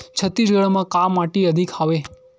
छत्तीसगढ़ म का माटी अधिक हवे?